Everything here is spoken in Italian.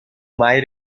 mai